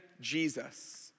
Jesus